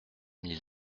mille